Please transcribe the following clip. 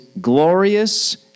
glorious